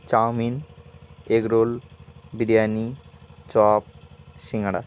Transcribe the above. chowmein egg roll biryani chop singara